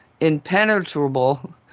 impenetrable